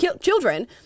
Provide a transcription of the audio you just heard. children